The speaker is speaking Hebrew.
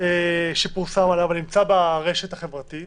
שפורסם עליו ונמצא ברשת החברתית